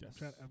Yes